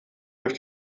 durch